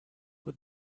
but